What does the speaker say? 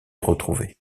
retrouvé